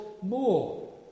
more